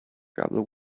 trouble